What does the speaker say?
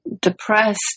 depressed